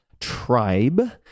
tribe